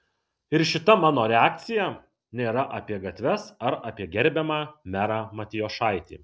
ir šita mano reakcija nėra apie gatves ar apie gerbiamą merą matijošaitį